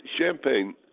Champagne